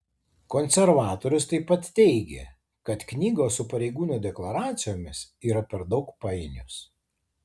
konservatorius taip pat teigė kad knygos su pareigūnų deklaracijomis yra per daug painios